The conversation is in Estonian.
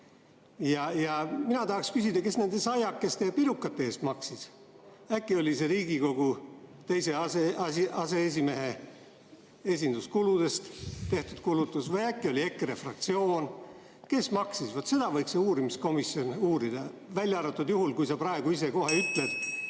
Mina tahaksin küsida, kes nende saiakeste ja pirukate eest maksis. Äkki oli see Riigikogu teise aseesimehe esinduskuludest tehtud kulutus või äkki oli maksja EKRE fraktsioon? Kes maksis? Vaat seda võiks see uurimiskomisjon uurida. Välja arvatud juhul, kui sa praegu ise kohe ütled,